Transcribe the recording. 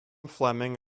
fleming